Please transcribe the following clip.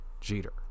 Jeter